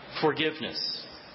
forgiveness